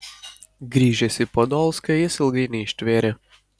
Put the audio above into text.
grįžęs į podolską jis ilgai neištvėrė